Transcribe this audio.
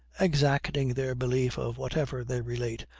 exacting their belief of whatever they relate,